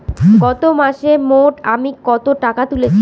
গত মাসে মোট আমি কত টাকা তুলেছি?